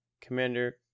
Commander